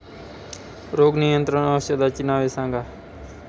रोग नियंत्रण औषधांची नावे सांगा?